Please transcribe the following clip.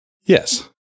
Yes